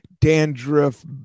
dandruff